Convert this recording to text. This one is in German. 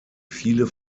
viele